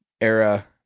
era